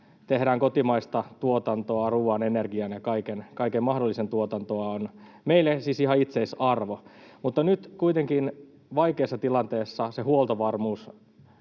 tehdään kotimaista tuotantoa, ruoan, energian ja kaiken mahdollisen tuotantoa, on meille siis ihan itseisarvo. Mutta nyt kuitenkin huoltovarmuus